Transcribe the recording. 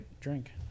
drink